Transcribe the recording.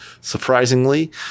Surprisingly